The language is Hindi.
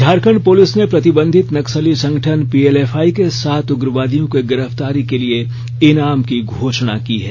झारखंड पुलिस ने प्रतिबंधित नक्सली संगठन पीएलएफआई के सात उग्रवादियों की गिरफ्तारी के लिए ईनाम की घोषणा की है